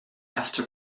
after